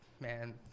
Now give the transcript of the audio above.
Man